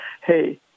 Hey